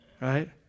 right